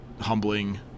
humbling